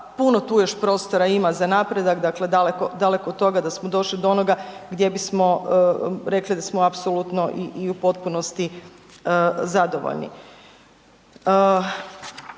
puno tu još prostora ima za napredak, dakle daleko, daleko od toga da smo došli do onoga gdje bismo rekli da smo apsolutno i, i u potpunosti zadovoljni.